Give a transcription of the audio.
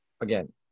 again